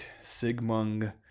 Sigmund